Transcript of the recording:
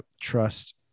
trust